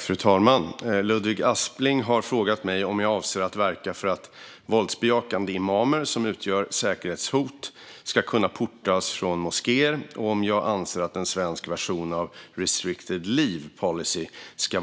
Fru talman! Ludvig Aspling har frågat mig om jag avser att verka för att våldsbejakande imamer som utgör säkerhetshot ska kunna portas från moskéer och om jag anser att en svensk version av restricted leave policy skulle